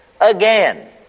again